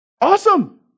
Awesome